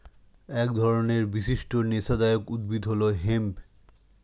এক ধরনের বিশিষ্ট নেশাদায়ক উদ্ভিদ হল হেম্প